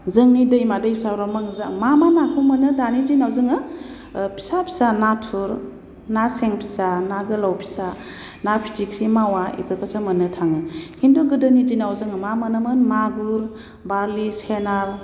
जोंनि दैमा दैसाफ्राव मोजां मा मा नाखौ मोनो दानि दिनाव जोङो फिसा फिसा नाथुर ना सें फिसा ना गोलाव फिसा ना फिथिख्रि मावा बेफोरखौसो मोन्नो थाङो खिन्थु गोदोनि दिनाव जोङो मा मोनोमोन मागुर बारलि सेनाल